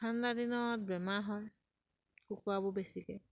ঠাণ্ডা দিনত বেমাৰ হয় কুকুৰাবোৰ বেছিকৈ